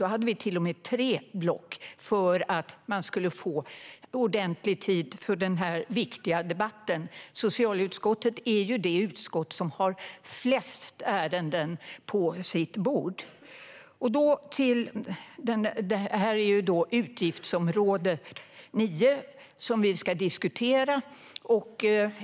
Då hade vi till och med tre block för att få ordentlig tid för den viktiga debatten. Socialutskottet är det utskott som har flest ärenden på sitt bord. Nu diskuterar vi utgiftsområde 9.